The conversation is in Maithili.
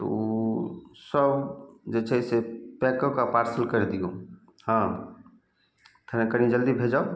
तऽ उ सब जे छै से पैक कए कऽ आओर पार्सल करि दियौ हँ खेनाइ कनी जल्दी भेजब